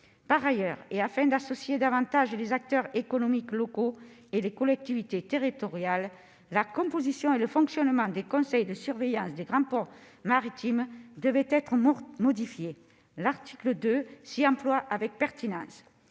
Par ailleurs, et afin d'associer davantage les acteurs économiques locaux et les collectivités territoriales, la composition et le fonctionnement des conseils de surveillance des grands ports maritimes devaient être modifiés. L'article 2 s'y emploie avec pertinence.